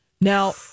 Now